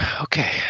Okay